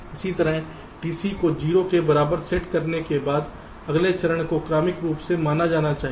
इसी तरह TC को 0 के बराबर सेट करने के बाद अगले चरण को क्रमिक रूप से मनाया जाना चाहिए